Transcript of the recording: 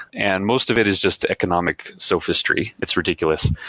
and most of it is just economic self-history. it's ridiculous.